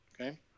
okay